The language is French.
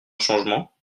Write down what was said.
changement